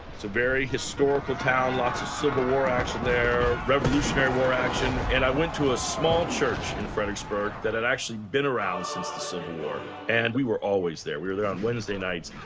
it's a very historical town, lots of civil war action there, revolutionary war action. and i went to a small church in fredericksburg that had actually been around since the civil war. hallelujah and we were always there. we were there on wednesday nights,